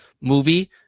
movie